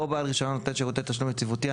או בעל רישיון נותן שירותי תשלום יציבותי,